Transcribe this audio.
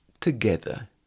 together